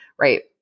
Right